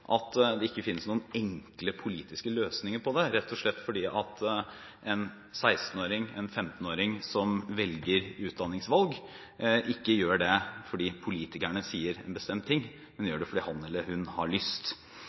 at det ikke finnes noen enkle politiske løsninger på det, rett og slett fordi en 15-åring eller en 16-åring som velger utdanning, ikke gjør det fordi politikerne sier en bestemt ting – de gjør det fordi de har lyst.